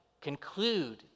conclude